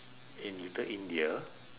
in little india